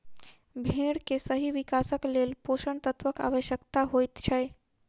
भेंड़ के सही विकासक लेल पोषण तत्वक आवश्यता होइत छै